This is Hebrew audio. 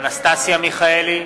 אנסטסיה מיכאלי,